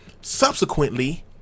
subsequently